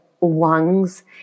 lungs